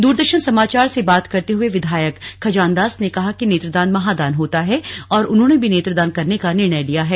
दूरदर्शन समाचार से बात करते हुए विधायक खजान दास ने कहा कि नेत्रदान महादान होता है और उन्होंने भी नेत्रदान करने का निर्णय लिया है